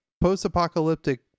post-apocalyptic